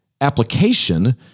application